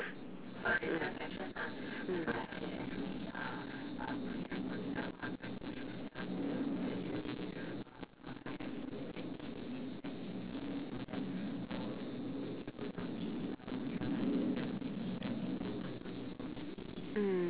mm